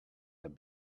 have